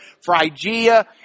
Phrygia